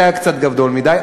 זה היה קצת גדול מדי.